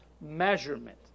measurement